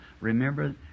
Remember